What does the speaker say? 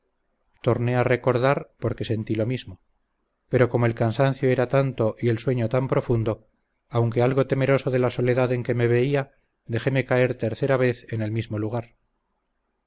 torné a recordar porque sentí lo mismo pero como el cansancio era tanto y el sueño tan profundo aunque algo temeroso de la soledad en que me veía dejéme caer tercera vez en el mismo lugar